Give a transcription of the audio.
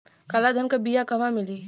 काला धान क बिया कहवा मिली?